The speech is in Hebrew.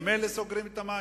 ממילא סוגרים את המים,